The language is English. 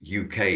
UK